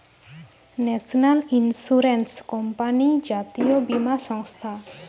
national insurance company জাতীয় বীমা সংস্থা